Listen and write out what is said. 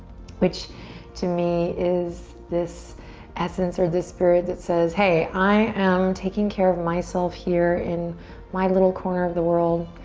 which to me is this essence or the spirit that says, hey, i am taking care of myself here in my little corner of the world,